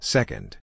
Second